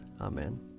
Amen